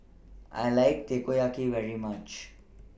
I like Takoyaki very much